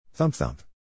Thump-thump